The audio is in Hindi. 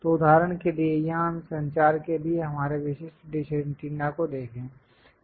तो उदाहरण के लिए यहां हम इस संचार के लिए हमारे विशिष्ट डिश एंटीना को देखें